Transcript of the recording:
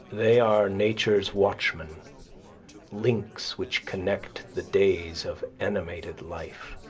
they are nature's watchmen links which connect the days of animated life.